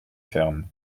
fermes